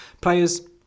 players